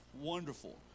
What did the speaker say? wonderful